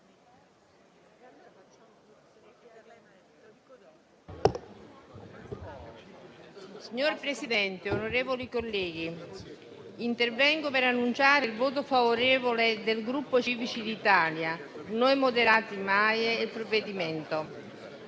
Signora Presidente, onorevoli colleghi, intervengo per annunciare il voto favorevole del Gruppo Civici d'Italia-Noi Moderati-MAIE al provvedimento.